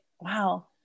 Wow